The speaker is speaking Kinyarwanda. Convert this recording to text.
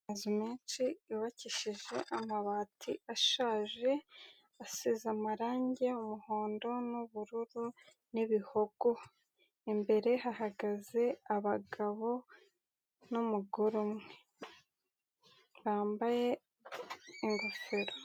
Amazu menshi yubakishije amabati ashaje asize amarangi, umuhondo n'ubururu n'ibihogo, imbere hahagaze abagabo n'umugore umwe bambaye ingofero.